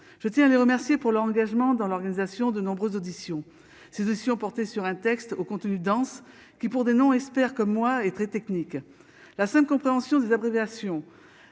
je tiens à les remercier pour leur engagement dans l'organisation de nombreuses auditions cette porté sur un texte au contenu dense qui, pour des non-espère que moi et très technique, la compréhension des abréviations